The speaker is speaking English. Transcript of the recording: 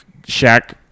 Shaq